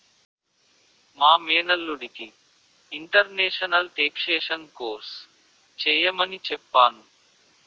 మా మేనల్లుడికి international taxation course చెయ్యమని చెప్పాను